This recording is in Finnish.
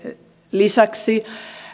lisäksi